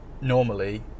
normally